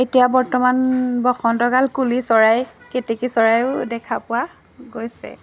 এতিয়া বৰ্তমান বসন্তকাল কুলি চৰাই কেতেকী চৰাইয়ো দেখা পোৱা গৈছে